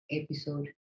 episode